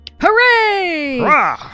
Hooray